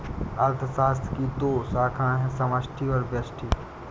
अर्थशास्त्र की दो शाखाए है समष्टि और व्यष्टि